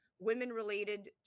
women-related